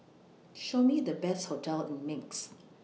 Show Me The Best hotels in Minsk